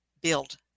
build